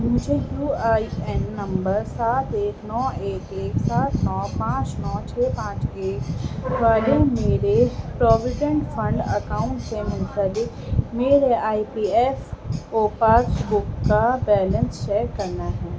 مجھے U I N number سات ایک نو ایک ایک سات نو پانچ نو چھ پانچ ایک والے میرے پروویڈنٹ فنڈ اکاؤنٹ سے منسلک میرے I P F O passbook کا بیلنس چیک کرنا ہے